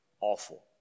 awful